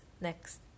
next